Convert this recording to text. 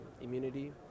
immunity